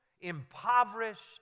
impoverished